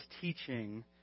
teaching